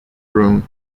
room